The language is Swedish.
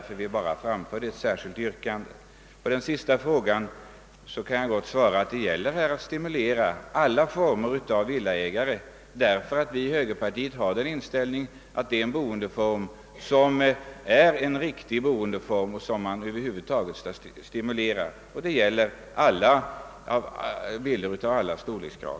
För det andra kan jag besvara herr Anderssons i Essvik fråga med att säga att vi vill stimulera alla villaägare att göra reparationer. Vi i högerpartiet anser att den egna villan är en riktig boendeform som är värd att befrämja och detta gäller villor av alla storlekar.